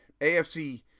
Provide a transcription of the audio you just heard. AFC